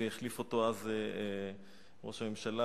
והחליף אותו אז ראש הממשלה,